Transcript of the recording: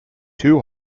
too